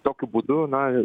tokiu būdu na